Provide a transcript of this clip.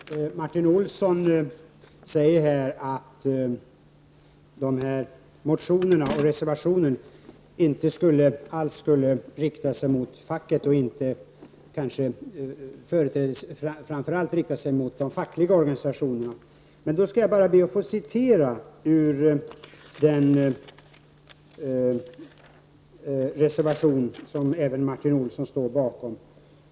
Herr talman! Martin Olsson säger att motionerna och reservationen inte alls skulle rikta sig mot de fackliga organisationerna. Då skall jag be att få citera ur den reservation som även Martin Olsson står bakom.